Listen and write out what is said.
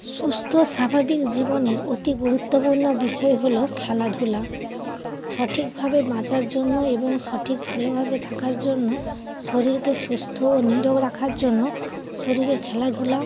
সুস্থ স্বাভাবিক জীবনের অতি গুরুত্বপূর্ণ বিষয় হলো খেলাধুলা সঠিকভাবে বাঁচার জন্য এবং সঠিক ভালোভাবে থাকার জন্য শরীরকে সুস্থ ও নীরোগ রাখার জন্য শরীরে খেলাধুলা